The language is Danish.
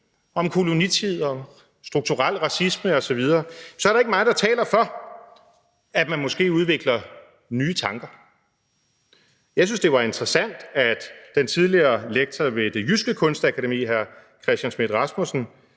om kolonitid, strukturel racisme osv., så er der ikke meget, der taler for, at man måske udvikler nye tanker. Jeg synes, det var interessant, at den tidligere lektor ved Det Jyske Kunstakademi, hr. Christian Schmidt-Rasmussen,